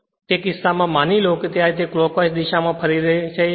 અને તે કિસ્સામાં માની લો કે તે આ રીતે ક્લોક્વાઇસ દિશા માં ફરતી હોય છે